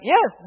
Yes